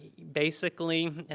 basically,